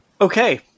Okay